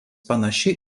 panaši